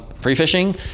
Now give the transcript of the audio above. pre-fishing